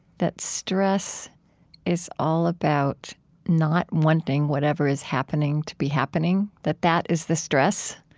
that stress is all about not wanting whatever is happening to be happening that that is the stress,